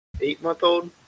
eight-month-old